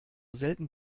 selten